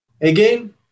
Again